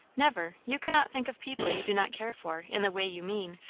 never. you cannot think of people you do not care for, in the way you mean.